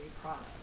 product